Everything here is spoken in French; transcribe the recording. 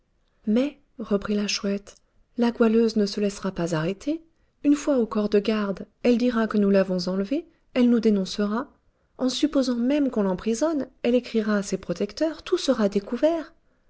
mais reprit la chouette la goualeuse ne se laissera pas arrêter une fois au corps de garde elle dira que nous l'avons enlevée elle nous dénoncera en supposant même qu'on l'emprisonne elle écrira à ses protecteurs tout sera découvert